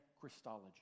Christology